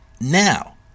Now